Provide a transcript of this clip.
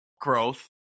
growth